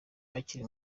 akiri